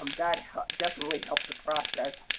um that definitely helped the process.